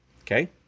Okay